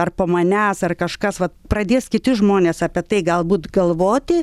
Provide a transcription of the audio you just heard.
ar po manęs ar kažkas vat pradės kiti žmonės apie tai galbūt galvoti